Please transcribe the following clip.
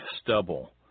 stubble